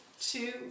two